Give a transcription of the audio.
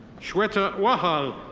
shweta wahal.